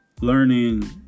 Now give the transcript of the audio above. learning